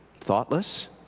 Thoughtless